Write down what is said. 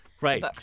Right